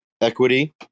equity